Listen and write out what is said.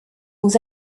aux